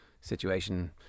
situation